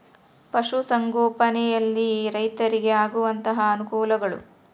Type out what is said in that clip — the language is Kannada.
ಪಶುಸಂಗೋಪನೆಯಲ್ಲಿ ರೈತರಿಗೆ ಆಗುವಂತಹ ಅನುಕೂಲಗಳು?